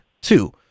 two